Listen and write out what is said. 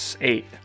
Eight